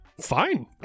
Fine